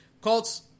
Colts